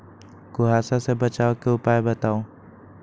कुहासा से बचाव के उपाय बताऊ?